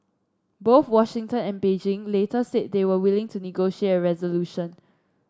both Washington and Beijing later said they were willing to negotiate a resolution